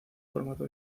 formato